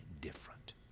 different